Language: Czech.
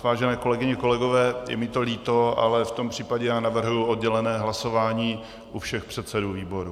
Vážené kolegyně, kolegové, je mi to líto, ale v tom případě navrhuji oddělené hlasování u všech předsedů výborů.